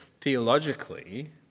theologically